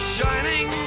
Shining